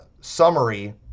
summary